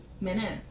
minute